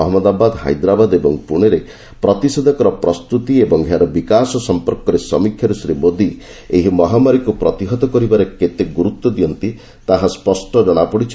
ଅହନ୍ମଦାବାଦ ହାଇଦ୍ରାବାଦ ଏବଂ ପୁଣେରେ ପ୍ରତିଷେଧକର ପ୍ରସ୍ତୁତି ଏବଂ ଏହାର ବିକାଶ ସମ୍ପର୍କରେ ସମୀକ୍ଷାରୁ ଶ୍ରୀ ମୋଦି ଏହି ମହାମାରୀକୁ ପ୍ରତିହତ କରିବାରେ କେତେ ଗୁରୁତ୍ୱ ଦିଅନ୍ତି ତାହା ସ୍ୱଷ୍ଟ ଜଣାପଡିଛି